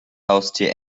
haustier